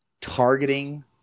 targeting